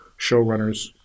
showrunners